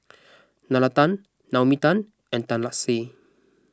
Nalla Tan Naomi Tan and Tan Lark Sye